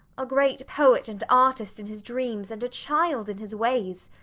a great poet and artist in his dreams, and a child in his ways.